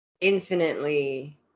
infinitely